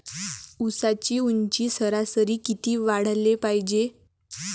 ऊसाची ऊंची सरासरी किती वाढाले पायजे?